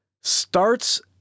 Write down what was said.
starts